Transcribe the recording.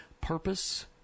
Purpose